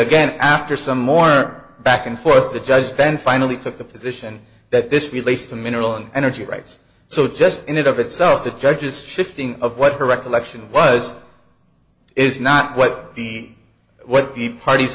again after some more back and forth the judge then finally took the position that this relates to mineral and energy rights so just in and of itself the judge's shifting of what her recollection was is not what the what the parties